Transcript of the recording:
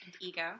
ego